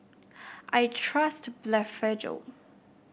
I trust Blephagel